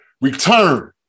Return